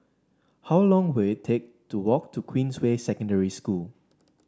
how long will it take to walk to Queensway Secondary School